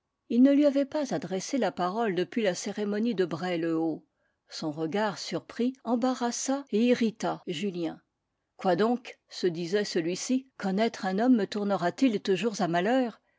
il ne lui avait pas adressé la parole depuis la cérémonie de bray le haut son regard surpris embarrassa et irrita julien quoi donc se disait celui-ci connaître un homme me tournera t il toujours à malheur